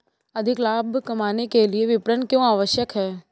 अधिक लाभ कमाने के लिए विपणन क्यो आवश्यक है?